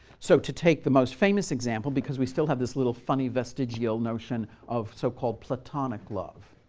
so to take the most famous example because we still have this little funny vestigial notion of so-called platonic love